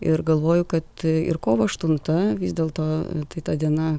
ir galvoju kad ir kovo aštunta vis dėlto tai ta diena